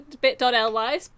bit.ly